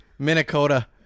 Minnesota